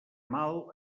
mal